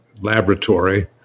laboratory